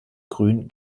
grün